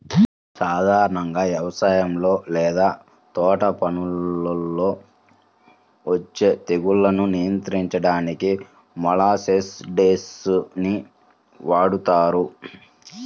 సాధారణంగా వ్యవసాయం లేదా తోటపనుల్లో వచ్చే తెగుళ్లను నియంత్రించడానికి మొలస్సైడ్స్ ని వాడుతారు